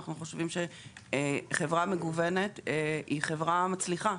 אנחנו חושבים שחברה מגוונת היא חברה מצליחה.